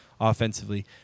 offensively